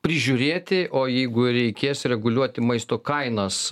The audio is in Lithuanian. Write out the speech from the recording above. prižiūrėti o jeigu reikės reguliuoti maisto kainas